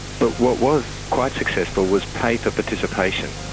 but what was quite successful was pay for participation.